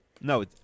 No